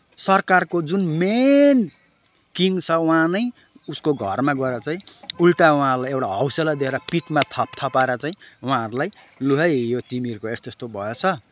सरकारको जुन मेन किङ छ उहाँ नै उसको घरमा गएर चाहिँ उल्टा उहाँलाई एउटा हौसला दिएर पिठमा थपथपाएर चाहिँ उहाँहरूलाई लु है यो तिमीहरूको यस्तो यस्तो भएछ